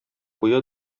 куя